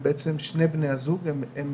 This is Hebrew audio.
הם בעצם זוג שבו שני בני הזוג יהודיים.